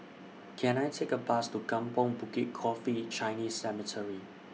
Can I Take A Bus to Kampong Bukit Coffee Chinese Cemetery